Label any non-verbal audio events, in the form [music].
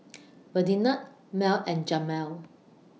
[noise] Ferdinand Mell and Jamal